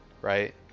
right